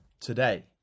today